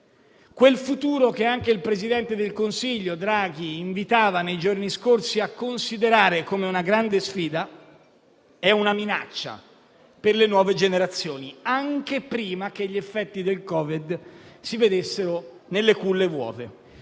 Quel futuro che anche il presidente del Consiglio Draghi invitava, nei giorni scorsi, a considerare come una grande sfida, è percepito come una minaccia per le nuove generazioni, anche prima che gli effetti del Covid si vedessero nelle culle vuote.